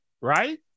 Right